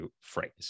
phrase